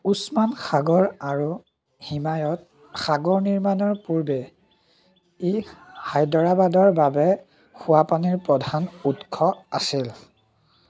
ওচমান সাগৰ আৰু হিমায়ত সাগৰ নিৰ্মাণৰ পূৰ্বে ই হায়দৰাবাদৰ বাবে খোৱাপানীৰ প্ৰধান উৎস আছিল